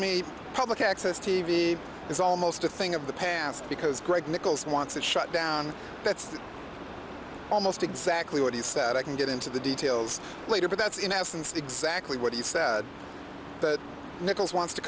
me public access t v is almost a thing of the past because greg nickels wants to shut down that's almost exactly what he said i can get into the details later but that's in essence exactly what he said that nichols wants to